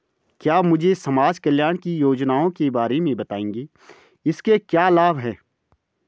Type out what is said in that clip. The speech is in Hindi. क्या मुझे समाज कल्याण की योजनाओं के बारे में बताएँगे इसके क्या लाभ हैं?